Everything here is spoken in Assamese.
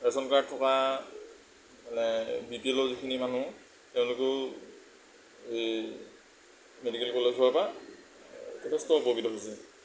ৰেচন কাৰ্ড থকা মানে বি পি এলৰ যিখিনি মানুহ তেওঁলোকেও এই মেডিকেল কলেজ হোৱাৰ পৰা যথেষ্ট উপকৃত হৈছে